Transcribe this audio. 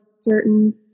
certain